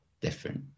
different